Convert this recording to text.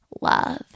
Love